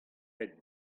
pet